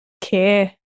care